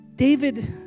David